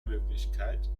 möglichkeit